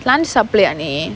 lunch சாப்பலயா நீ:sappalayaa nae